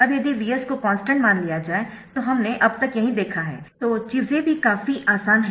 अब यदि Vs को कॉन्स्टन्ट मान लिया जाए तो हमने अब तक यही देखा है तो चीजें भी काफी आसान है